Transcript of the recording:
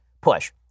push